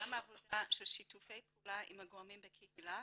גם עבודה של שיתופי פעולה עם הגורמים בקהילה